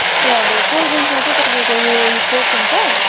ए हजुर कोल्ड ड्रिङ्कमा चाहिँ तपाईँको यो कोक हुन्छ